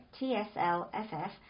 TSLFF